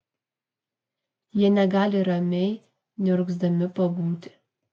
jie negali ramiai neurgzdami pabūti